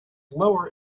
lower